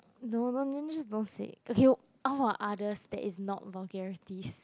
no longer miss buffet okay our other state is not vulgarities